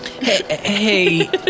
hey